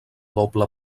doble